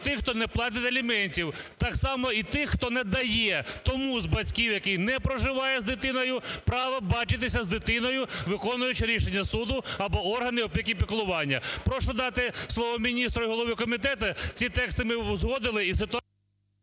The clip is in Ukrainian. тих, хто не платить аліментів так само і тих, хто не дає, тому з батьків, який не проживає з дитиною, право бачитися з дитиною, виконуючи рішення суду або органи опіки і піклування. Прошу дати слово міністру і голові комітету. Ці тексти ми узгодили і…